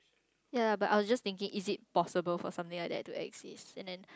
ya but I was just thinking is it possible for something like that to exist and then